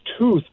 tooth